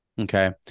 okay